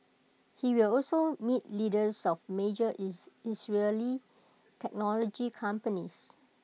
he will also meet leaders of major Israeli technology companies